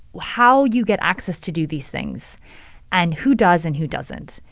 how you get access to do these things and who does and who doesn't.